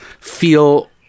feel